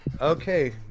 Okay